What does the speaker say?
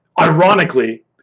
ironically